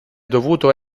dovuto